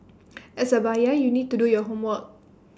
as A buyer you need to do your homework